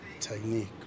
technique